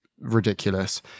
ridiculous